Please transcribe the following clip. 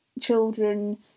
children